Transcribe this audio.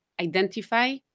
identify